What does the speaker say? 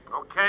Okay